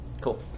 Cool